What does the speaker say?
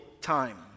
time